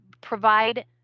provide